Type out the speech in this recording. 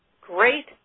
great